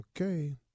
Okay